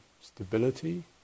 stability